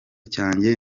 cyanjye